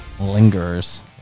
Lingers